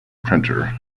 printer